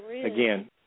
Again